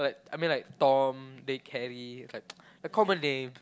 I mean like Tom Dick Harry I mean like a common name